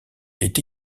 est